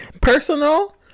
Personal